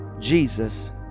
Jesus